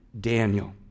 Daniel